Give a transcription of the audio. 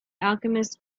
alchemist